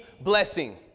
blessing